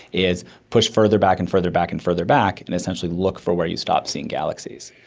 is push further back and further back and further back and essentially look for where you stop seeing galaxies.